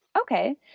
Okay